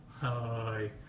Hi